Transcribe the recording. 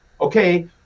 okay